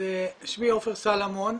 שמי עופר סלומון,